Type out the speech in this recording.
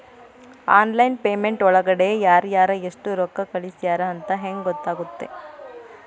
Online payment ಒಳಗಡೆ ಯಾರ್ಯಾರು ಎಷ್ಟು ರೊಕ್ಕ ಕಳಿಸ್ಯಾರ ಅಂತ ಹೆಂಗ್ ಗೊತ್ತಾಗುತ್ತೆ?